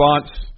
response